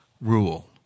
rule